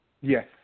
Yes